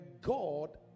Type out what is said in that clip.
God